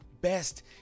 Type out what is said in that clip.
best